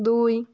দুই